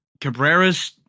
Cabrera's